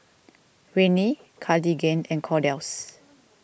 Rene Cartigain and Kordel's